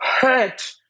hurt